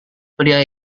pria